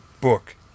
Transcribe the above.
Book